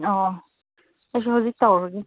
ꯑꯣ ꯑꯩꯁꯨ ꯍꯧꯖꯤꯛ ꯇꯧꯔꯒꯦ